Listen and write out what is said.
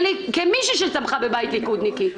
כמישהי שבאה מבית של ליכודניקים,